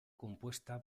compuesta